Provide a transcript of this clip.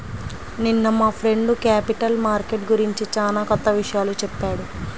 నిన్న మా friend capital market గురించి చానా కొత్త విషయాలు చెప్పాడు